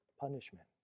punishment